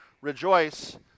rejoice